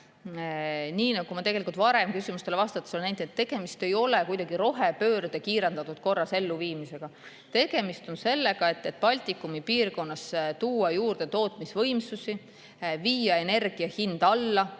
Nii nagu ma varem küsimustele vastates olen nentinud, tegemist ei ole kuidagi kiirendatud korras rohepöörde elluviimisega. Tegemist on sellega, et Baltikumi piirkonda tuua juurde tootmisvõimsusi, viia energia hinda alla,